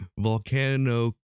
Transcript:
Volcano